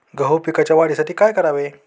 गहू पिकाच्या वाढीसाठी काय करावे?